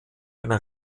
einer